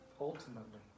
Ultimately